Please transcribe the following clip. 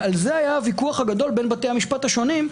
ועל זה היה הוויכוח הגדול בין בתי המשפט השונים,